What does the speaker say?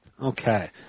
Okay